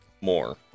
more